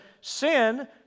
sin